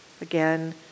Again